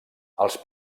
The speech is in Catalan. els